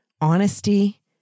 honesty